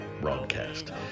broadcast